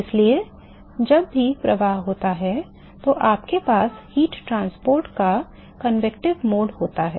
इसलिए जब भी प्रवाह होता है तो आपके पास ऊष्मा परिवहन का संवहनी माध्यम होता है